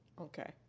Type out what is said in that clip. Okay